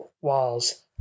walls